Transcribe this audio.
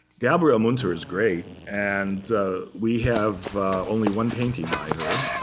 gabriele munter is great. and we have only one painting by her.